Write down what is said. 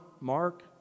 Mark